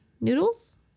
noodles